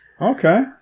Okay